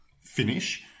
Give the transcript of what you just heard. finish